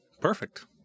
Perfect